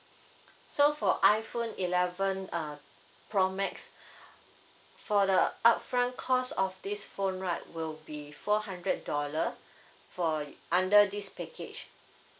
so for iphone eleven uh pro max for the upfront cost of this phone right will be four hundred dollar for under this package